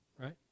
right